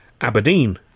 Aberdeen